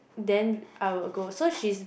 then I will go so she's